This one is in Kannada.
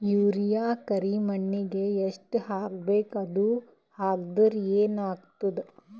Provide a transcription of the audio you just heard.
ಯೂರಿಯ ಕರಿಮಣ್ಣಿಗೆ ಎಷ್ಟ್ ಹಾಕ್ಬೇಕ್, ಅದು ಹಾಕದ್ರ ಏನ್ ಆಗ್ತಾದ?